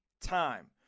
time